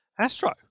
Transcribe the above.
Astro